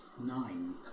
nine